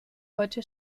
heute